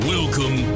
Welcome